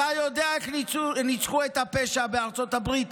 אתה יודע איך ניצחו את הפשע בארצות הברית?